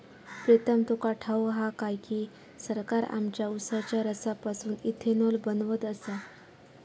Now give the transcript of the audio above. प्रीतम तुका ठाऊक हा काय की, सरकार आमच्या उसाच्या रसापासून इथेनॉल बनवत आसा